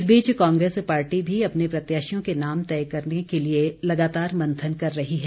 इस बीच कांग्रेस पार्टी भी अपने प्रत्याशियों के नाम तय करने के लिए लगातार मंथन कर रही है